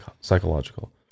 psychological